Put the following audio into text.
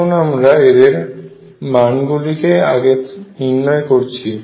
এখন আমরা এদের মান গুলিকে আগে নির্ণয় করেছি